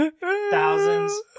thousands